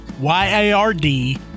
Y-A-R-D